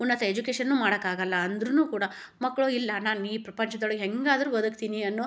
ಉನ್ನತ ಎಜುಕೇಶನ್ನು ಮಾಡೋಕ್ಕಾಗಲ್ಲ ಅಂದ್ರೂ ಕೂಡ ಮಕ್ಕಳು ಇಲ್ಲ ನಾನು ಈ ಪ್ರಪಂಚದೊಳಗೆ ಹೇಗಾದ್ರು ಬದುಕ್ತೀನಿ ಅನ್ನೊ